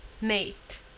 Mate